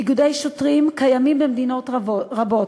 איגודי שוטרים קיימים במדינות רבות,